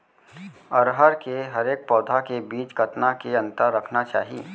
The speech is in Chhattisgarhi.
अरहर के हरेक पौधा के बीच कतना के अंतर रखना चाही?